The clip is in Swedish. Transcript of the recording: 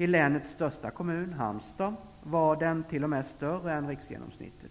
I länets största kommun, Halmstad, var den t.o.m. större än riksgenomsnittet.